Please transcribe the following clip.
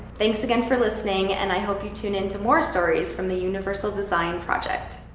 thanks again for listening and i hope you tune in to more stories from the universal design project!